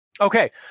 Okay